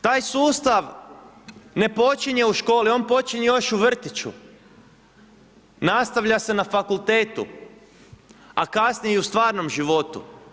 Taj sustav ne počinje u školi, on počinje još u vrtiću, nastavlja se na fakultetu a kasnije i u stvarnom životu.